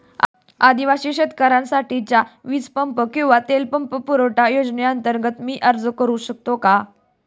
आदिवासी शेतकऱ्यांसाठीच्या वीज पंप किंवा तेल पंप पुरवठा योजनेअंतर्गत मी अर्ज करू शकतो का?